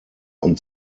und